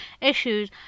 issues